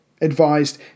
advised